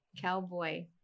cowboy